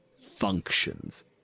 functions